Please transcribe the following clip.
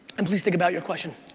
and please think about your question.